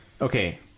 okay